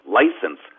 license